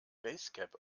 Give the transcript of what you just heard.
basecap